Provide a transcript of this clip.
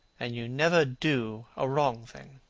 and you never do a wrong thing.